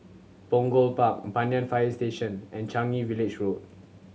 Punggol Park Banyan Fire Station and Changi Village Road